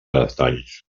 detalls